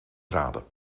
graden